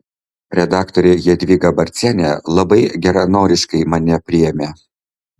redaktorė jadvyga barcienė labai geranoriškai mane priėmė